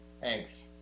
Thanks